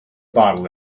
bottle